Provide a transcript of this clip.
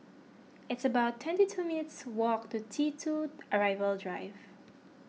it's about twenty two minutes' walk to T two Arrival Drive